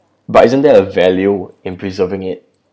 but isn't that a value in preserving it